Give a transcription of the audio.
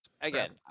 again